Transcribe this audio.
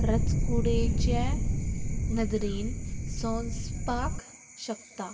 रचकुडेचे नदरेन सोंस्पाक शकता